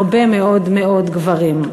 הרבה מאוד מאוד גברים.